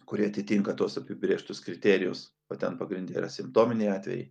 kurie atitinka tuos apibrėžtus kriterijus o ten pagrinde yra simptominiai atvejai